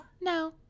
No